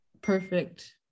perfect